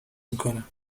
میکنم